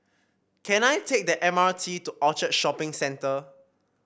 can I take the M R T to Orchard Shopping Centre